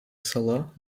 sala